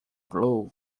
blue